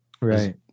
Right